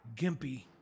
gimpy